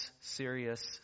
serious